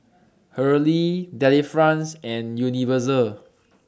Hurley Delifrance and Universal